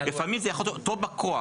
לפעמים זה יכול להיות אותו בא כוח,